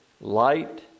light